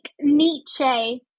Nietzsche